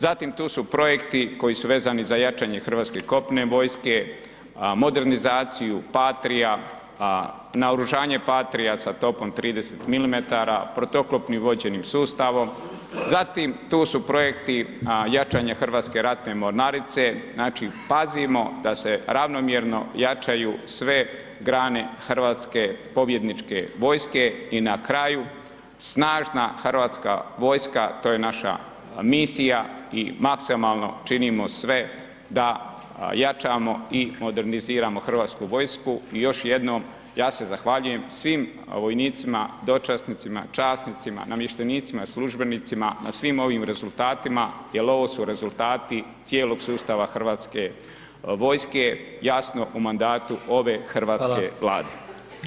Zatim tu su projekti koji su vezani za jačanje hrvatske kopnene vojske, modernizaciju Patria, naoružanje Patria sa topom 30 mm, protuoklopnim vođenim sustavom, zatim tu su projekti jačanje Hrvatske ratne mornarice, znači pazimo da se ravnomjerno jačaju sve grane hrvatske pobjedničke vojske i na kraju, snažna hrvatska vojska, to je naša misija i maksimalno činimo sve da jačamo i moderniziramo hrvatsku vojsku i još jednom, ja se zahvaljujem svim vojnicima, dočasnicima, časnicima, namještenicima, službenicima na svim ovim rezultatima jer ovo su rezultati cijelog sustava hrvatske vojske, jasno u mandatu ove hrvatske Vlade.